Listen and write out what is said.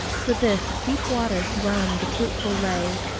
for this, deep waters whelm the fruitful lea,